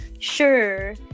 Sure